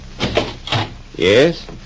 Yes